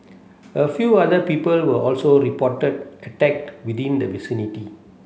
a few other people were also reported attacked within the vicinity